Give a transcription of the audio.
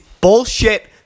bullshit